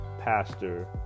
Pastor